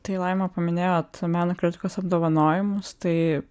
tai laima paminėjot meno kritikos apdovanojimus tai